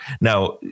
Now